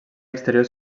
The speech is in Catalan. exterior